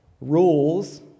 rules